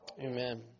Amen